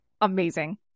Amazing